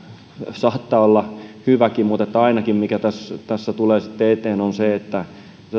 saattaa olla hyväkin mutta se mikä ainakin tässä tulee sitten eteen on se että